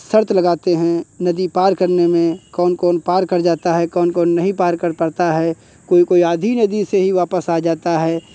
शर्त लगाते हैं नदी पार करने में कौन कौन पार कर जाता है कौन कौन नहीं पार कर पाता है कोई कोई आधी नदी से ही वापस आ जाता है